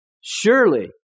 Surely